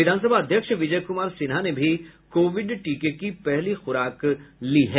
विधानसभा अध्यक्ष विजय कुमार सिन्हा ने भी कोविड टीके की पहली खुराक ली है